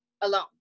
alone